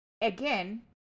again